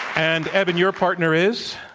and eben, your partner is?